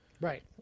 Right